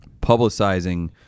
publicizing